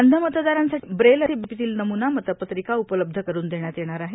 अंध मतदारासाठां बेल ालपीतील नम्ना मतपत्रिका उपलब्ध करुन देण्यात येणार आहे